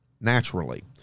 naturally